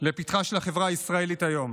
לפתחה של החברה הישראלית היום.